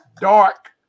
dark